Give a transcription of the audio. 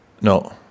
no